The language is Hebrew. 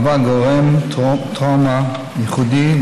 מהווה גורם טראומה ייחודי,